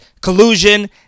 collusion